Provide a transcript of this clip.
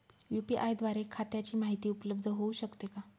UPI द्वारे खात्याची माहिती उपलब्ध होऊ शकते का?